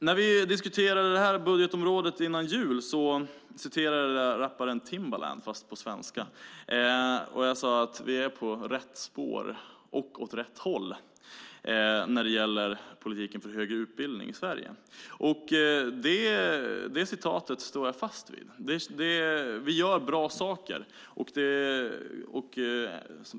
När vi diskuterade detta budgetområde före jul citerade jag rapparen Timbaland, fast på svenska. Jag sade att vi är på rätt spår och på väg åt rätt håll när det gäller politiken för högre utbildning i Sverige. Detta citat står jag fast vid. Vi gör bra saker.